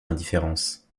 indifférence